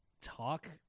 talk